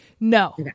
No